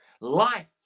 life